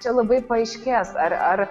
čia labai paaiškės ar ar